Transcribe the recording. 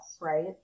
right